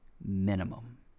minimum